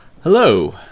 Hello